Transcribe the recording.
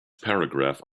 paragraph